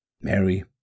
Mary